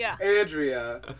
Andrea